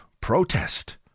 protest